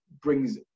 brings